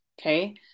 Okay